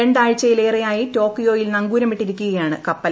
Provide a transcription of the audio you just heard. രണ്ടാഴ്ചയിലേറെയായി ടോക്കിയോയിൽ നങ്കൂരമിട്ടിരിക്കുകയാണ് കപ്പൽ